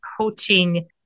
coaching